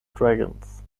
dragons